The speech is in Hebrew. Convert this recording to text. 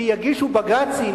כי יגישו בג"צים,